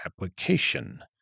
application